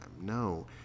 no